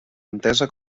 entesa